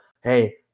Hey